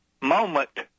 moment